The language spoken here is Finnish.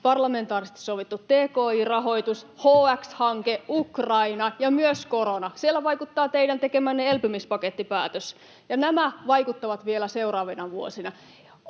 parlamentaarisesti sovittu tki-rahoitus, [Annika Saarikon välihuuto] HX-hanke, Ukraina ja myös korona, siellä vaikuttaa teidän tekemänne elpymispakettipäätös, ja nämä vaikuttavat vielä seuraavina vuosina.